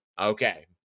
Okay